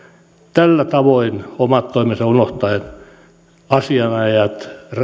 tällä tavoin omat toimensa unohtaen asianajajat